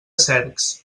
cercs